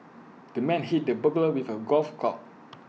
the man hit the burglar with A golf club